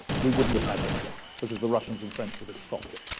we wouldn't have had hitler because the russians and french would have stopped it,